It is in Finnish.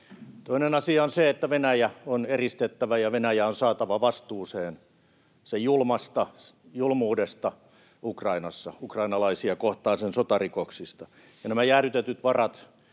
Toinen asia on se, että Venäjä on eristettävä ja Venäjä on saatava vastuuseen sen julmuudesta Ukrainassa, ukrainalaisia kohtaan, sen sotarikoksista. Ja nämä jäädytetyt varat: